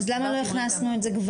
למה צריך מיפוי?